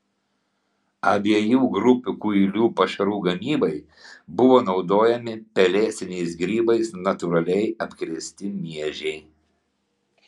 abiejų grupių kuilių pašarų gamybai buvo naudojami pelėsiniais grybais natūraliai apkrėsti miežiai